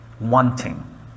wanting